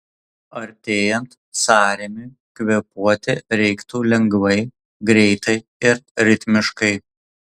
artėjant sąrėmiui kvėpuoti reiktų lengvai greitai ir ritmiškai